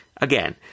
again